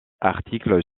articles